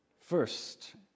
First